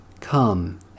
Come